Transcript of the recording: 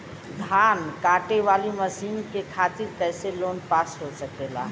धान कांटेवाली मशीन के खातीर कैसे लोन पास हो सकेला?